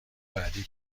بعدی